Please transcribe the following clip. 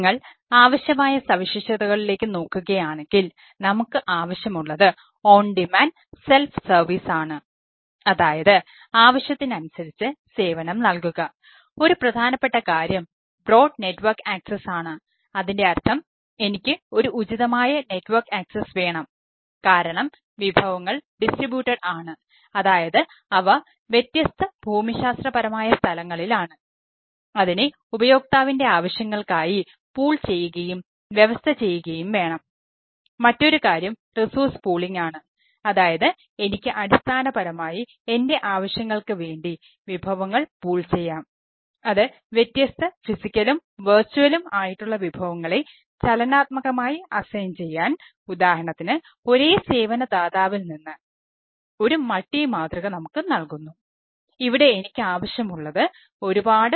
നിങ്ങൾ ആവശ്യമായ സവിശേഷതകളിലേക്ക് നോക്കുകയാണെങ്കിൽ നമുക്ക് ആവശ്യമുള്ളത് ഓൺ ഡിമാൻഡ് സെൽഫ് സർവീസ് ആണ്